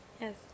Yes